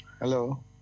hello